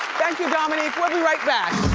thank you, dominique, we'll be right back.